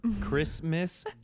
Christmas